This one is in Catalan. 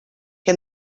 que